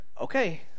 okay